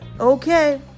Okay